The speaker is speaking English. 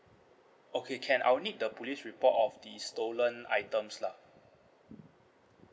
okay can I'll need the police report of the stolen items lah